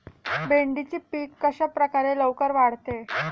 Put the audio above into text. भेंडीचे पीक कशाप्रकारे लवकर वाढते?